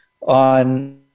on